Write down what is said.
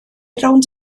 rownd